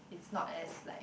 it's not as like